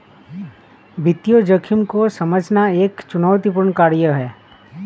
वित्तीय जोखिम को समझना एक चुनौतीपूर्ण कार्य है